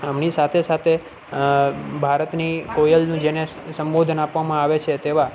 આમની સાથે સાથે ભારતની કોયલનું જેને સ સંબોધન આપવામાં આવે છે તેવા